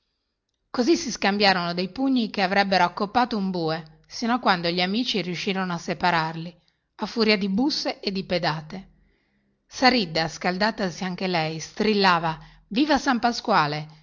così si scambiarono dei pugni che avrebbero accoppato un bue sino a quando gli amici riuscirono a separarli a furia di busse e di pedate saridda scaldatasi anche lei strillava viva san pasquale